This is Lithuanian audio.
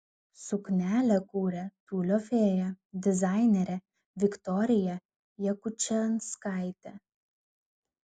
suknelę kūrė tiulio fėja dizainerė viktorija jakučinskaitė